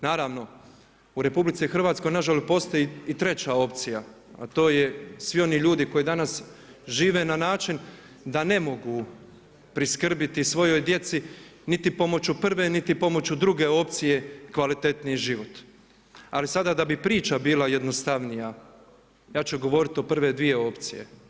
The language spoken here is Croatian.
Naravno, u RH nažalost postoji i treća opcija, a to je svi oni ljudi koji danas žive na način da ne mogu priskrbiti svojoj djeci niti pomoću prve niti pomoću druge opcije kvalitetniji život. ali sada da bi priča bila jednostavnija, ja ću govoriti o prve dvije opcije.